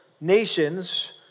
nations